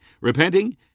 repenting